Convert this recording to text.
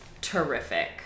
terrific